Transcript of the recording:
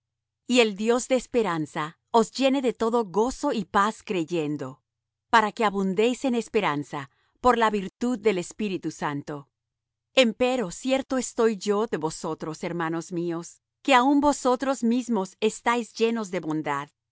y el dios de esperanza os llene de todo gozo y paz creyendo para que abundéis en esperanza por la virtud del espíritu santo empero cierto estoy yo de vosotros hermanos míos que aun vosotros mismos estáis llenos de bodad